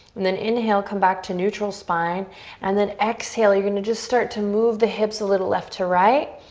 and then inhale, come back to neutral spine and then exhale, you're gonna just start to move the hips a little left to right.